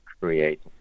create